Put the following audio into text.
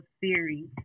series